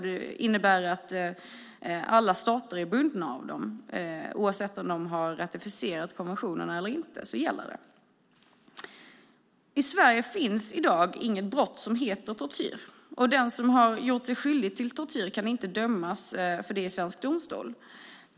Det innebär att alla stater är bundna av den oavsett om de har ratificerat konventionerna eller inte. I Sverige finns i dag inget brott som heter tortyr, och den som har gjort sig skyldig till tortyr kan inte dömas för det i svensk domstol.